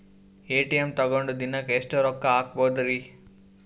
ATM ತಗೊಂಡ್ ದಿನಕ್ಕೆ ಎಷ್ಟ್ ರೊಕ್ಕ ಹಾಕ್ಬೊದ್ರಿ?